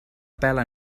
pela